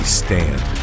stand